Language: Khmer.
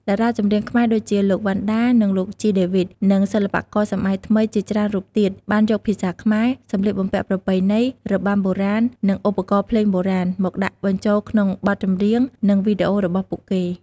តារាចម្រៀងខ្មែរដូចជា លោក វណ្ណដា និង លោក ជី ដេវីត និងសិល្បករសម័យថ្មីជាច្រើនរូបទៀត បានយកភាសាខ្មែរ សម្លៀកបំពាក់ប្រពៃណី របាំបុរាណ និងឧបករណ៍ភ្លេងបុរាណ មកដាក់បញ្ចូលក្នុងបទចម្រៀង និងវីដេអូរបស់ពួកគេ។